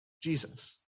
Jesus